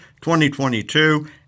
2022